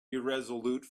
irresolute